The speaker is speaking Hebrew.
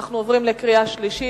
אנחנו עוברים לקריאה שלישית.